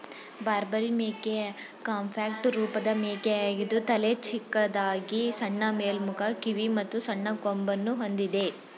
ಬಾರ್ಬರಿ ಮೇಕೆ ಕಾಂಪ್ಯಾಕ್ಟ್ ರೂಪದ ಮೇಕೆಯಾಗಿದ್ದು ತಲೆ ಚಿಕ್ಕದಾಗಿ ಸಣ್ಣ ಮೇಲ್ಮುಖ ಕಿವಿ ಮತ್ತು ಸಣ್ಣ ಕೊಂಬನ್ನು ಹೊಂದಿದೆ